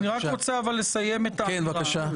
אבל אני רק רוצה לסיים את --- כן, בבקשה.